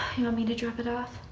you want me to drop it off?